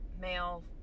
male